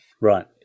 right